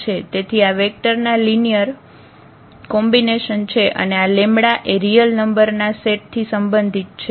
તેથી આ વેક્ટર ના લિનિયર કોમ્બિનેશન છે અને આ લેમ્બડા એ રીઅલ નંબર ના સેટ થી સંબંધિત છે